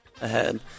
ahead